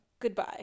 Goodbye